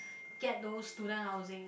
get those student housing